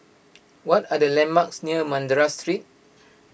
what are the landmarks near Madras Street